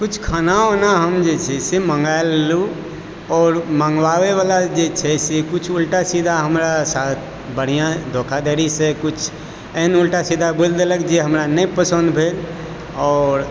कुछ खाना उना हम जे छै से मँगाय लेलूँ आओर मङ्गबाबैवला जे छै से कुछ उल्टा सीधा हमरा साथ बढ़िया धोखाधड़ीसऽ कुछ एहन उल्टा सीधा बोलि देलक जे हमरा नै पसन्द भेल आओर